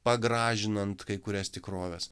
pagražinant kai kurias tikroves